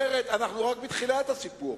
אחרת אנחנו רק בתחילת הסיפור.